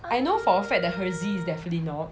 I know for a fact that hirzi is definitely not